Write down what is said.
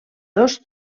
dos